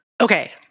Okay